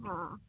ହଁ